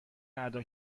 ادا